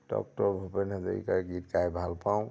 doctor Bhupen হাজৰিকাৰ গীত গাই ভাল পাওঁ